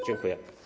Dziękuję.